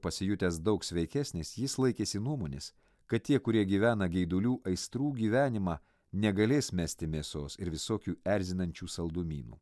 pasijutęs daug sveikesnis jis laikėsi nuomonės kad tie kurie gyvena geidulių aistrų gyvenimą negalės mesti mėsos ir visokių erzinančių saldumynų